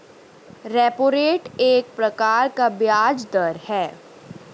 repo rate एक प्रकार का ब्याज़ दर है